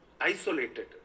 isolated